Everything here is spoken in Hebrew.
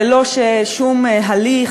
ללא שום הליך,